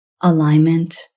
alignment